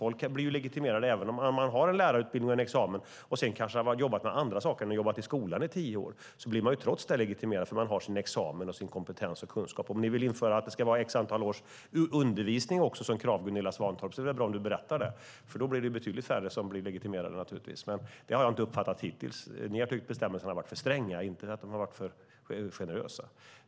Man kan bli legitimerad om man har en examen från en lärarutbildning även om man har jobbat med andra saker än att vara i skolan under tio år. Man blir legitimerad trots det, för man har sin examen och sin kompetens. Om ni vill införa krav på ett antal års undervisning också, Gunilla Svantorp, är det bra om du berättar det. Då blir det naturligtvis betydligt färre som blir legitimerade. Jag har dock hittills inte uppfattat att det är det ni vill. Ni har tyckt att bestämmelserna har varit för stränga, inte att de har varit för generösa.